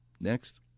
Next